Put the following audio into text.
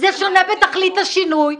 זה שונה בתכלית השינוי.